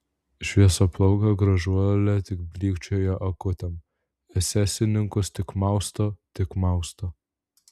šviesiaplaukė gražuolė tik blykčioja akutėm esesininkus tik mausto tik mausto